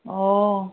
অঁ